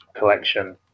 Collection